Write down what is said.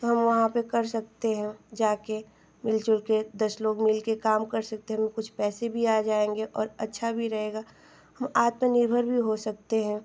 तो हम वहाँ पर कर सकते हैं जाकर मिलजुलकर दस लोग मिलकर काम कर सकते हैं हमें कुछ पैसे भी आ जाएँगे और अच्छा भी रहेगा हम आत्मनिर्भर भी हो सकते हैं